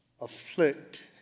afflict